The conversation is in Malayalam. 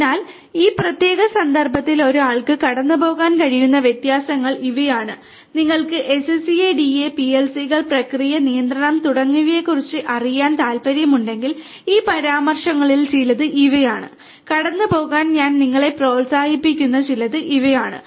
അതിനാൽ ഈ പ്രത്യേക സന്ദർഭത്തിൽ ഒരാൾക്ക് കടന്നുപോകാൻ കഴിയുന്ന വ്യത്യാസങ്ങൾ ഇവയാണ് നിങ്ങൾക്ക് SCADA PLC കൾ പ്രക്രിയ നിയന്ത്രണം തുടങ്ങിയവയെക്കുറിച്ച് അറിയാൻ താൽപ്പര്യമുണ്ടെങ്കിൽ ഈ പരാമർശങ്ങളിൽ ചിലത് ഇവയാണ് കടന്നുപോകാൻ ഞാൻ നിങ്ങളെ പ്രോത്സാഹിപ്പിക്കുന്ന ചിലത് ഇവയാണ്